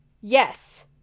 Yes